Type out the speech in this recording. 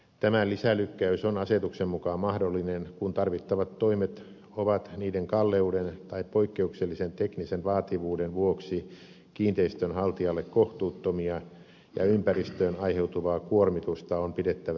tämä lisälykkäys on asetuksen mukaan mahdollinen kun tarvittavat toimet ovat niiden kalleuden tai poikkeuksellisen teknisen vaativuuden vuoksi kiinteistönhaltijalle kohtuuttomia ja ympäristöön aiheutuvaa kuormitusta on pidettävä vähäisenä